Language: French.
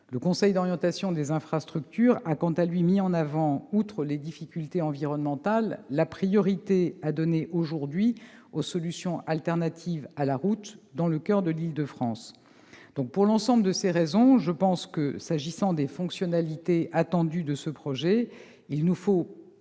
Le Conseil d'orientation des infrastructures a quant à lui mis en avant, outre les difficultés environnementales, la priorité à donner aujourd'hui aux solutions alternatives à la route dans le coeur de l'Île-de-France. Pour l'ensemble de ces raisons, et compte tenu des gains que l'on entend tirer de ce projet, il nous faut